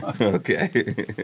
Okay